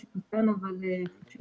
משהו קטן אבל חשוב.